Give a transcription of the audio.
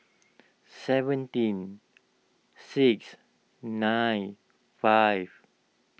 seventeen six nine five